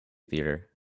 theatre